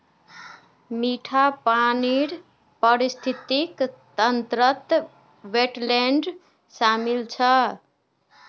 मीठा पानीर पारिस्थितिक तंत्रत वेट्लैन्ड शामिल छ